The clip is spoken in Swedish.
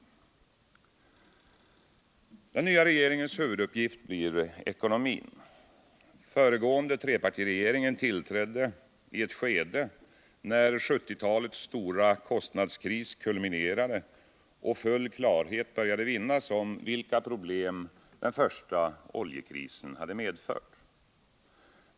Den nya regeringens huvuduppgift blir ekonomin. Den föregående trepartiregeringen trädde till i det skede när 1970-talets stora kostnadskris kulminerade och full klarhet började vinnas om vilka problem den första oljekrisen hade medfört.